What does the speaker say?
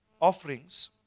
offerings